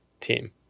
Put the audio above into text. team